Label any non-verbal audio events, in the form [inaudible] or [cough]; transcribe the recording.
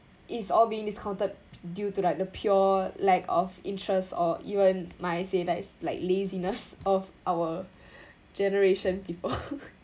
is all being discounted due to like the pure lack of interest or even my say that is like laziness of our [breath] generation people [laughs]